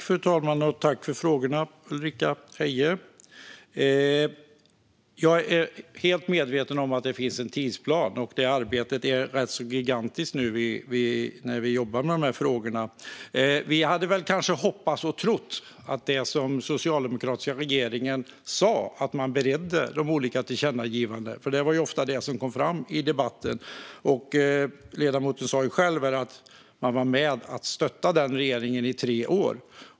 Fru talman! Tack, Ulrika Heie, för frågorna! Jag är helt medveten om att det finns en tidsplan, och det arbetet är rätt så gigantiskt nu när vi jobbar med de här frågorna. Vi hade väl hoppats och trott att det var som den socialdemokratiska regeringen sa, att man beredde de olika tillkännagivandena, för det var ofta det som kom fram i debatten. Ledamoten sa själv här att man var med och stöttade den regeringen i tre år.